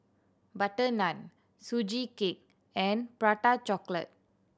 butter naan Sugee Cake and Prata Chocolate